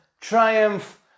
triumph